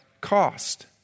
cost